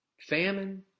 famine